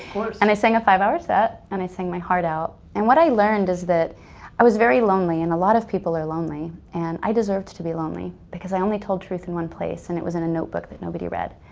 and i sang a five hour set and i sang my heart out. and what i learned is that i was very lonely and a lot of people are lonely and i deserved to be lonely cause i only told truth in one place and it was in a notebook that nobody read.